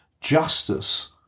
justice